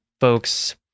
folks